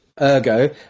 ergo